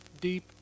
deep